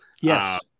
Yes